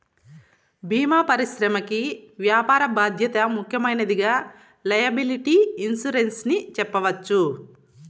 భీమా పరిశ్రమకి వ్యాపార బాధ్యత ముఖ్యమైనదిగా లైయబిలిటీ ఇన్సురెన్స్ ని చెప్పవచ్చు